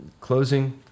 closing